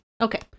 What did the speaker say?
Okay